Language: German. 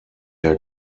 herr